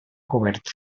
cobert